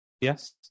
Yes